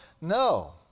No